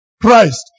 Christ